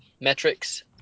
metrics